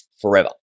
forever